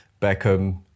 Beckham